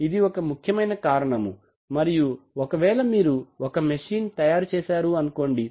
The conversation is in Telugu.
ఇది ఒక ముఖ్యమైన కారణము మరియు ఒకవేళ మీరు ఒక మెషిన్ తయారు చేశారు అనుకోండి